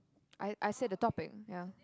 I I said the topic ya